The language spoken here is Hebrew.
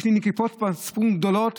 יש לי ולחבריי נקיפות מצפון גדולות